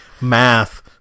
math